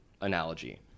analogy